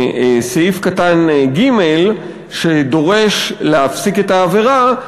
בסעיף קטן (ג) שדורש להפסיק את העבירה,